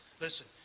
Listen